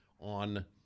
on